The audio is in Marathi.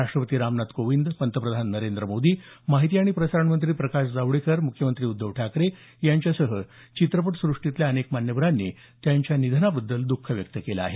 राष्ट्रपती रामनाथ कोविंद पंतप्रधान नोंद्र मोदी माहिती आणि प्रसारणमंत्री प्रकाश जावडेकर म्ख्यमंत्री उद्धव ठाकरे यांच्यासह चित्रपटसुष्टीतल्या अनेक मान्यवरांनी त्यांच्या निधनाबद्दल द्ःख व्यक्त केलं आहे